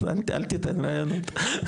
אז לא תיתן רעיונות.